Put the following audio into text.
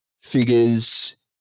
figures